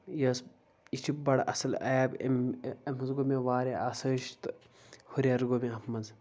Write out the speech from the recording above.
یہِ ٲس یہِ چھِ بَڑٕ اَصٕل ایپ اَمہِ اَمہِ سۭتۍ گوٚو واریاہ آسٲیِش تہٕ ہُرٮ۪ر گوٚو مےٚ اَتھ منٛز